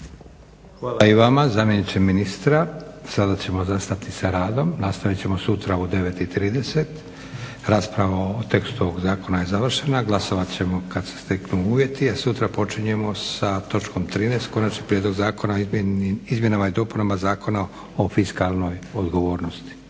Hvala i vama zamjeniče ministra. Sada ćemo zastati sa radom. Nastavit ćemo sutra u 9,30. Rasprava o tekstu ovog zakona je završena. Glasovat ćemo kad se steknu uvjeti a sutra počinjemo sa točkom 13. Konačni prijedlog zakona o izmjenama i dopunama Zakona o fiskalnoj odgovornosti.